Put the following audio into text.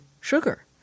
sugar